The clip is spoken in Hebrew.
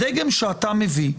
בדגם שאתה מביא,